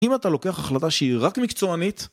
אם אתה לוקח החלטה שהיא רק מקצוענית